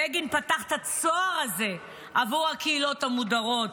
בגין פתח את הצוהר הזה עבור הקהילות המודרות,